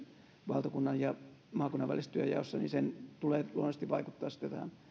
valtakunnan ja maakunnan välisessä työnjaossa niin sen tulee luonnollisesti vaikuttaa sitten tähän